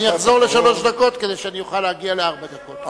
אני אחזור לשלוש דקות כדי שאני אוכל להגיע לארבע דקות.